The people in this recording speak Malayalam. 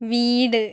വീട്